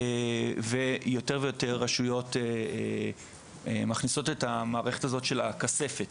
יותר ויותר רשויות מכניסות את המערכת הזאת של הכספת.